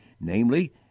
namely